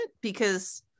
because-